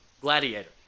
Gladiator